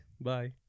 Bye